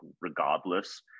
regardless